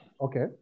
Okay